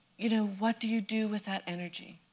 you know what do you do with that energy?